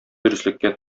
дөреслеккә